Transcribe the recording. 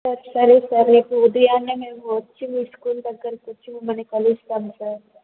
సరే సార్ రేపు ఉదయాన్నే మేము వచ్చి మీ స్కూల్ దగ్గరకు వచ్చి మిమ్మల్ని కలుస్తాం సార్